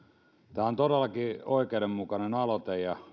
on todellakin oikeudenmukainen aloite ja